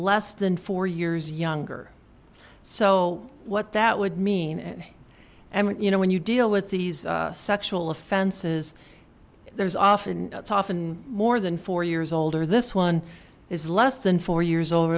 less than four years younger so what that would mean and what you know when you deal with these sexual offenses there is often it's often more than four years old or this one is less than four years o